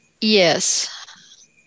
Yes